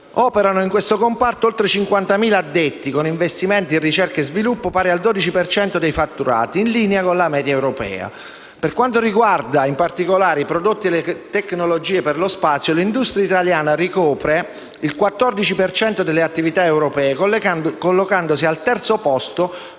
Operano nel comparto oltre 50.000 addetti, con investimenti in ricerca e sviluppo pari al 12 per cento dei fatturati, in linea con la media europea. Per quanto riguarda, in particolare, i prodotti e le tecnologie per lo spazio, l'industria italiana copre il 14 per cento delle attività europee, collocandosi al terzo posto